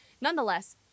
Nonetheless